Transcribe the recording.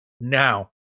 Now